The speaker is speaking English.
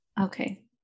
okay